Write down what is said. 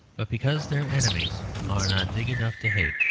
but because their enemies are not big enough to hate.